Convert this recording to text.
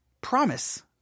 promise